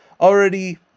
already